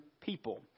people